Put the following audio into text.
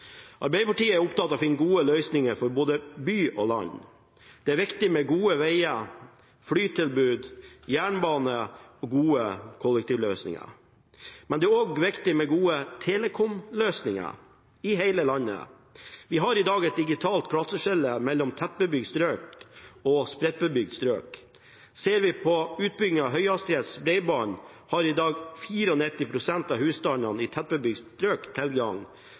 Arbeiderpartiet er opptatt av å finne gode løsninger for både by og land. Det er viktig med gode veger, flytilbud, jernbane og gode kollektivløsninger. Men det er også viktig med gode telecomløsninger i hele landet. Vi har i dag et digitalt klasseskille mellom tettbebygde strøk og spredtbebygde strøk. Ser vi på utbyggingen av høyhastighets bredbånd, har i dag 94 pst. av husstandene i